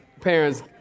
parents